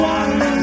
one